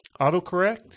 autocorrect